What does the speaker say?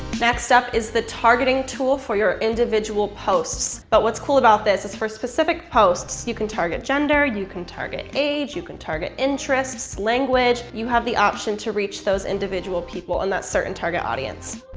next up is the targeting tool for your individual posts. but what's cool about this is for specific posts you can target gender, you can target age, you can target interests, language, you have the option to reach those individual people in that certain target audience.